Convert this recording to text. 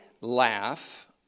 laugh